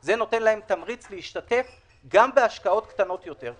זה נותן להם תמריץ להשתתף גם בהשקעות קטנות יותר.